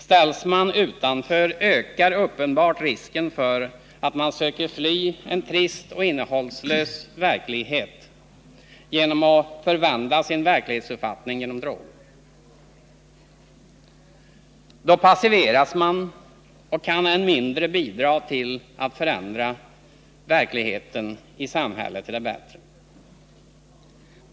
Ställs man utanför ökar uppenbart risken för att man söker fly en trist och innehållslös verklighet genom att förvända sin verklighetsuppfattning genom droger. Då passiviseras man och kan än mindre bidra till att förändra verkligheten i samhället till det bättre.